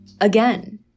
again